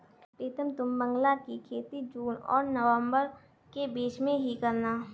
प्रीतम तुम बांग्ला की खेती जून और नवंबर के बीच में ही करना